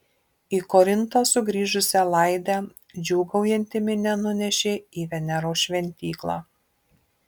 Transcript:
į korintą sugrįžusią laidę džiūgaujanti minia nunešė į veneros šventyklą